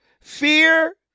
fear